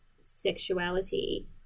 sexuality